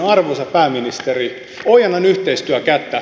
arvoisa pääministeri ojennan yhteistyön kättä